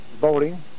voting